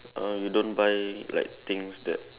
uh you don't buy like things that